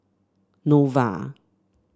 Nova